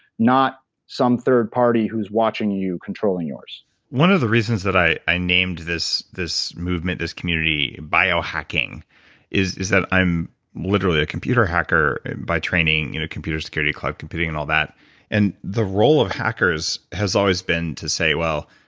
not some third party who's watching you controlling yours one of the reasons that i i named this this movement, this community bio hacking is is that i'm literally a computer hacker by training. computer security, cloud computing and all that and the role of hackers has always been to say, well,